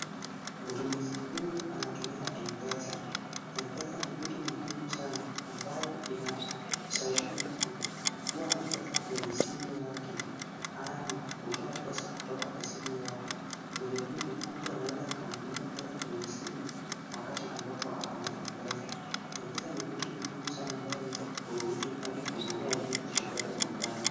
Mtumizi huyu anatumia M-Pesa. M-Pesa ni kitu muhimu sana ambayo inasaidia mtu kukuwa na pesa kwenye simu yake ama kutoa pesa kutoka kwa simu yake. Vilevile mtu anaweza akamtumia pesa kwenye simu wakati ambapo ako na M-Pesa. M-Pesa ni kitu muhimu sana ambayo inaweza kukuruhusu hadi kununua vitu kutoka dukani.